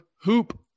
hoop